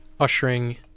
ushering